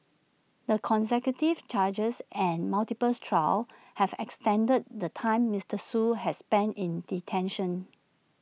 the consecutive charges and multiples trials have extended the time Mister Shoo has spent in detention